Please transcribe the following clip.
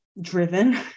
driven